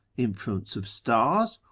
influence of stars,